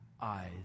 eyes